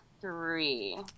three